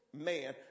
man